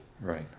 Right